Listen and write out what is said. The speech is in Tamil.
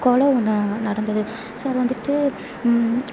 கொலை ஒன்று நடந்துது ஸோ அது வந்துவிட்டு